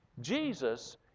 Jesus